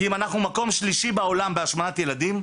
כי אם אנחנו היום נמצאים במקום השלישי בעולם בהשמנת ילדים,